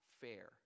fair